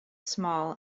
small